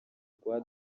rwa